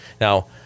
Now